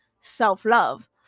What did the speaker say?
self-love